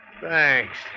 Thanks